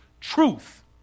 Truth